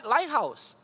Lighthouse